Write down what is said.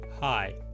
Hi